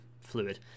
fluid